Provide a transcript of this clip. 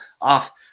off